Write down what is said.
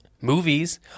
Movies